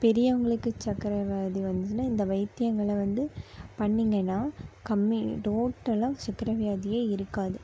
பெரியவங்களுக்கு சர்க்கரை வியாதி வந்ததுன்னா இந்த வைத்தியங்களை வந்து பண்ணிங்கன்னால் கம்மி டோட்டலாக சர்க்கரை வியாதியே இருக்காது